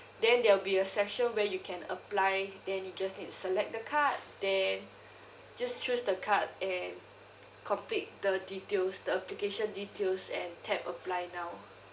then there'll be a section where you can apply then you just need to select the card then just choose the card and complete the details the application details and tap apply now